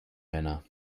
männer